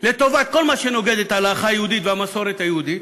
לטובת כל מה שנוגד את ההלכה היהודית והמסורת היהודית.